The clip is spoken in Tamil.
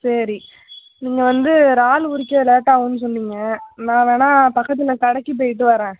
சரி நீங்கள் வந்து ராலு உரிக்க லேட் ஆகும்னு சொன்னீங்க நான் வேணுணா பக்கத்தில் கடைக்கு போயிட்டு வரேன்